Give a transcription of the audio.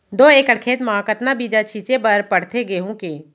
दो एकड़ खेत म कतना बीज छिंचे बर पड़थे गेहूँ के?